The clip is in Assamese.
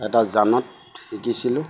এটা জানত শিকিছিলোঁ